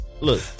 look